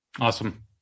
awesome